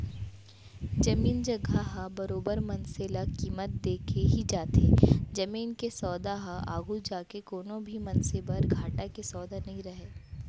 जमीन जघा ह बरोबर मनसे ल कीमत देके ही जाथे जमीन के सौदा ह आघू जाके कोनो भी मनसे बर घाटा के सौदा नइ रहय